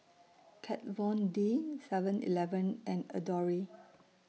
Kat Von D Seven Eleven and Adore